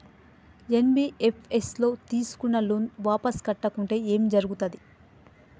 NBFS ల తీస్కున్న loan వాపస్ కట్టకుంటే ఏం జర్గుతది?